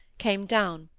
came down.